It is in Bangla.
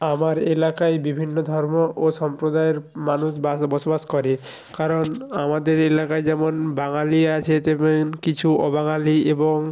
আমার এলাকায় বিভিন্ন ধর্ম ও সম্প্রদায়ের মানুষ বাস বসবাস করে কারণ আমাদের এলাকায় যেমন বাঙালি আছে তেমন কিছু অবাঙালি এবং